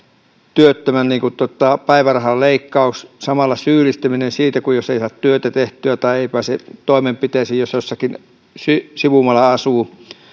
työttömän päivärahan leikkaus ja samalla syyllistäminen siitä jos eivät saa työtä tehtyä tai eivät pääse toimenpiteisiin jos jossakin sivummalla